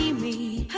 me